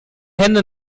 hände